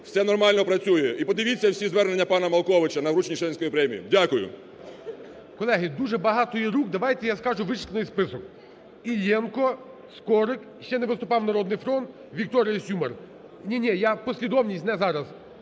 все нормально працює. І подивіться всі звернення пана Малковича на врученні Шевченківської премії. Дякую. ГОЛОВУЮЧИЙ. Колеги, дуже багато є рук, давайте я скажу вичерпний список: Іллєнко, Скорик, ще не виступав "Народний фронт", Віктор Сюмар. Ні, ні, я послідовність, не зараз.